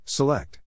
Select